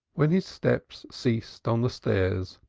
when his steps ceased on the stairs,